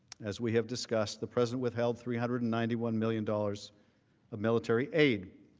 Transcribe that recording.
as we have discussed, the present without three hundred and ninety one million dollars of military aid.